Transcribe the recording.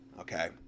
Okay